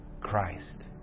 Christ